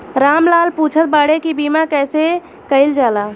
राम लाल पुछत बाड़े की बीमा कैसे कईल जाला?